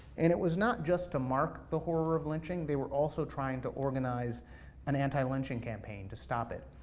and it was not just to mark the horror of lynching, they were also trying to organize an anti lynching campaign, to stop it.